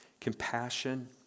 compassion